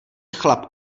chlap